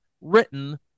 written